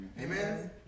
Amen